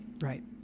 Right